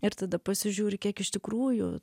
ir tada pasižiūri kiek iš tikrųjų